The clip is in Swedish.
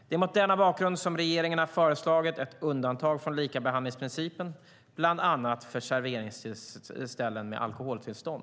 Det är mot denna bakgrund som regeringen har föreslagit ett undantag från likabehandlingsprincipen, bland annat för serveringsställen med alkoholtillstånd.